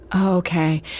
Okay